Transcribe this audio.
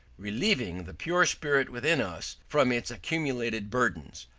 relieving the pure spirit within us from its accumulated burdens,